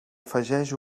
afegeix